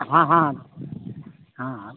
हाँ हाँ हाँ हाँ